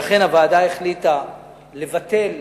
לכן הוועדה החליטה לבטל